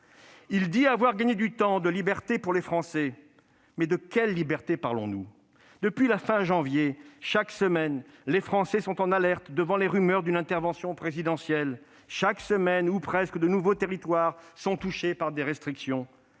Il dit avoir gagné du temps de liberté pour les Français, mais de quelle liberté parlons-nous ? Depuis la fin de janvier, chaque semaine, les Français sont en alerte devant les rumeurs d'une intervention présidentielle. Chaque semaine ou presque, de nouveaux territoires sont touchés par des restrictions.